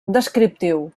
descriptiu